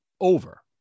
over